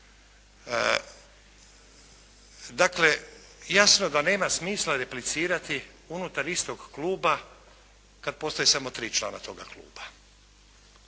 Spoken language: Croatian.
Dakle, jasno je da nema smisla replicirati unutar istog kluba kad postoje samo tri člana tog kluba